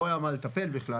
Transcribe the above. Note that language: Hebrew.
לא היה מה לטפל בכלל,